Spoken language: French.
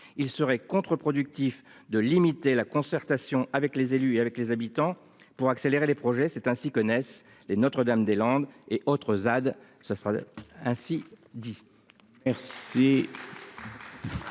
Il serait contreproductif de limiter la concertation avec les élus et avec les habitants pour accélérer les projets. C'est ainsi que naissent les notre dame des Landes et autres.